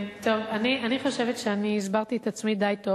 אני חושבת שאני הסברתי את עצמי די טוב.